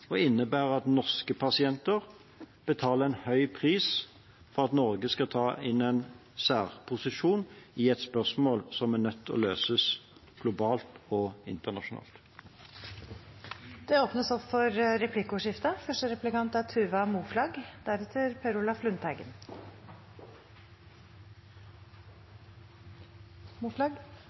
og vil innebære at norske pasienter betaler en høy pris for at Norge skal innta en særposisjon i et spørsmål som er nødt til å løses globalt og internasjonalt. Det blir replikkordskifte.